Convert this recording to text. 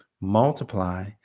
multiply